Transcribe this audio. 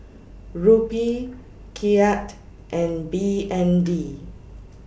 Rupee Kyat and B N D